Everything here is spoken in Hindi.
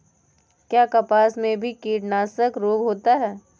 क्या कपास में भी कीटनाशक रोग होता है?